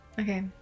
Okay